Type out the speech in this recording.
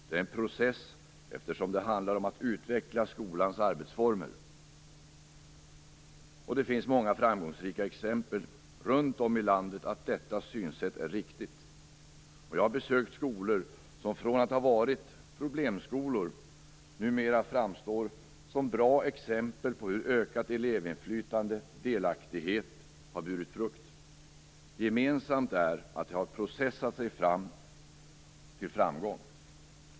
Det är en process eftersom det handlar om att utveckla skolans arbetsformer. Det finns många framgångsrika exempel runt om i landet som visar att detta synsätt är riktigt. Jag har besökt skolor som från att ha varit problemskolor numera framstår som bra exempel på hur ökat elevinflytande och delaktighet har burit frukt. Gemensamt är att de har processat sig fram till framgång.